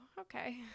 okay